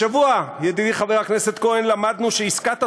השבוע, ידידי חבר הכנסת כהן, למדנו שעסקת הצוללות,